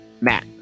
matt